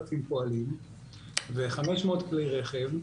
3,000 פועלים ו-500 כלי רכב,